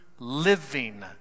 living